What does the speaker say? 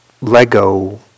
Lego